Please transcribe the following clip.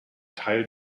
teil